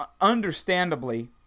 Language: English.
understandably